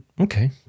Okay